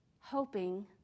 hoping